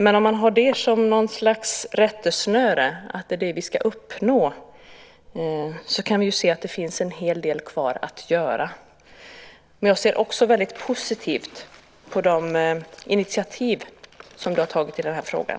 Men om man har det som något slags rättesnöre, att det är det vi ska uppnå, så kan vi se att det finns en hel del kvar att göra. Jag ser också väldigt positivt på de initiativ som du har tagit i den här frågan.